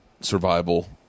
survival